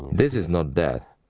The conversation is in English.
this is not death,